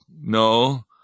no